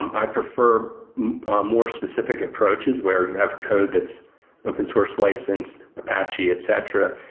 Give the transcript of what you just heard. i prefer more specific approaches where you have code that's open-source licensed, apache, etc,